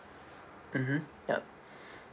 mmhmm yup